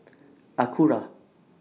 Acura